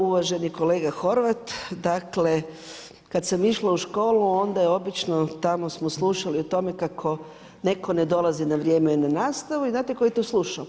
Uvaženi kolega Horvat, dakle kad sam išla u školu, onda obično tamo smo slušali o tome kako netko ne dolazi na vrijeme na nastavu i znate tko je to slušao?